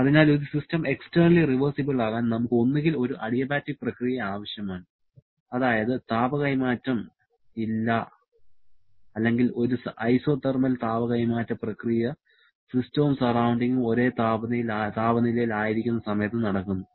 അതിനാൽ ഒരു system externally reversible ആകാൻ നമുക്ക് ഒന്നുകിൽ ഒരു അഡിയബാറ്റിക് പ്രക്രിയ ആവശ്യമാണ് അതായത് താപ കൈമാറ്റം ഇല്ല അല്ലെങ്കിൽ ഒരു ഐസോതെർമൽ താപ കൈമാറ്റ പ്രക്രിയ സിസ്റ്റവും സറൌണ്ടിങ്ങും ഒരേ താപനിലയിൽ ആയിരിക്കുന്ന സമയത്തു നടക്കുന്നു